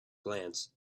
glance